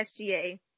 SGA